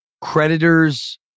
creditors